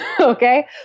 Okay